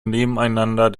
nebeneinander